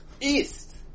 East